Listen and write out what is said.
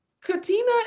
Katina